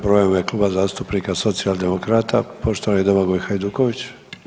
Prva je u ime Kluba zastupnika Socijaldemokrata poštovani Domagoj Hajduković.